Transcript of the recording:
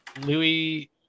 Louis